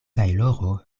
tajloro